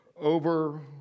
over